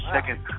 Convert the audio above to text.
second